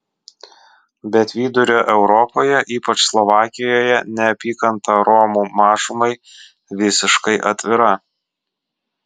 bet vidurio europoje ypač slovakijoje neapykanta romų mažumai visiškai atvira